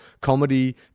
comedy